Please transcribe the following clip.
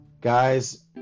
Guys